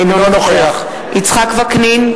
אינו נוכח יצחק וקנין,